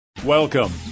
Welcome